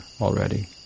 already